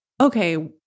okay